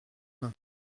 mains